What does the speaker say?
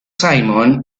simon